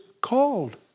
called